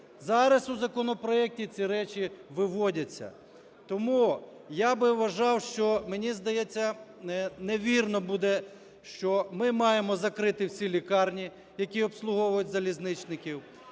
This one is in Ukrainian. Зараз у законопроекті ці речі виводяться. Тому я би вважав, що мені здається не вірно буде, що ми маємо закрити всі лікарні, які обслуговують залізничників,